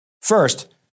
First